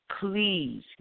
please